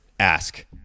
ask